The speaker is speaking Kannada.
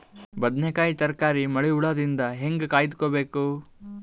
ಬದನೆಕಾಯಿ ತರಕಾರಿ ಮಳಿ ಹುಳಾದಿಂದ ಹೇಂಗ ಕಾಯ್ದುಕೊಬೇಕು?